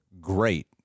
great